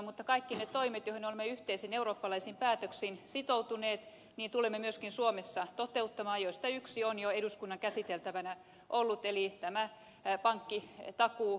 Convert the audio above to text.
mutta kaikki ne toimet joihin olemme yhteisin eurooppalaisin päätöksin sitoutuneet tulemme myöskin suomessa toteuttamaan ja näistä yksi on jo eduskunnan käsiteltävänä ollut eli tämä pankkitakuu